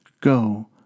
Go